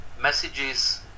messages